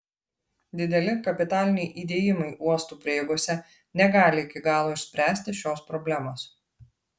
dideli kapitaliniai įdėjimai uostų prieigose negali iki galo išspręsti šios problemos